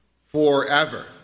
forever